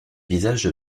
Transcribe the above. visage